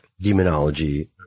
Demonology